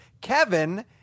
Kevin